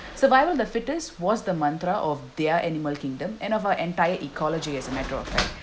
survival of the fittest was the mantra of their animal kingdom and of our entire ecology as a matter of fact